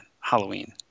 Halloween